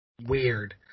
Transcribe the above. weird